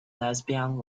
lesbian